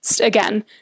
again